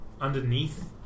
underneath